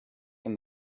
from